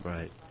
Right